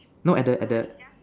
no at the at the